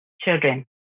children